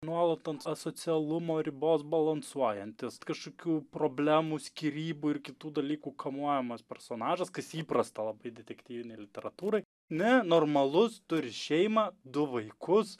nuolat ant asocialumo ribos balansuojantis kažkokių problemų skyrybų ir kitų dalykų kamuojamas personažas kas įprasta labai detektyvinei literatūrai ne normalus turi šeimą du vaikus